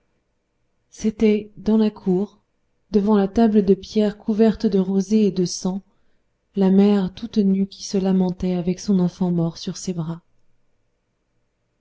c'était dans la cour devant la table de pierre couverte de rosée et de sang la mère toute nue qui se lamentait avec son enfant mort sur ses bras